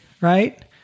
right